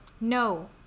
No